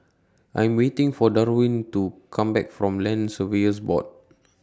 I'm waiting For Darwyn to Come Back from Land Surveyors Board